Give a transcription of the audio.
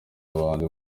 abahanzi